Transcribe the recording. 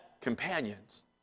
companions